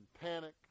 panic